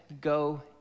Go